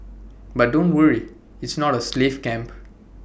but don't worry its not A slave camp